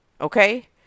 Okay